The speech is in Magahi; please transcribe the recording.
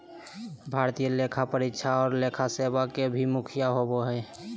भारतीय लेखा परीक्षा और लेखा सेवा के भी मुखिया होबो हइ